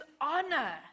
honor